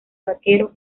vaquero